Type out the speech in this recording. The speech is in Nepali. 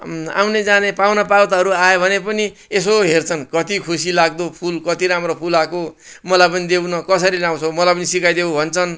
आउने जाने पाहुना पातहरू आयो भने पनि यसो हेर्छन् कति खुसीलाग्दो फुल कति राम्रो फुलाएको मलाई पनि देउ न कसरी लाउँछौ मलाई पनि सिकाइदेउ भन्छन्